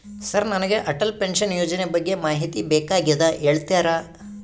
Sir ನನಗೆ Atal pension ಯೋಜನೆ ಬಗ್ಗೆ ಮಾಹಿತಿ ಬೇಕಾಗ್ಯದ ಹೇಳ್ತೇರಾ?